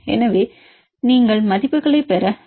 எனவே நீங்கள் மதிப்புகளைப் பெற பி